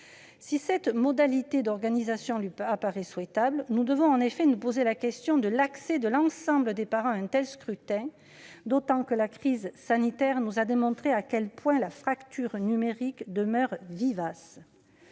Si cette modalité d'organisation apparaît souhaitable, nous devons en effet nous poser la question de l'accès de l'ensemble des parents à un tel scrutin, d'autant que la crise sanitaire nous a démontré à quel point la fracture numérique demeure vivace.